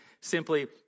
simply